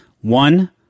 One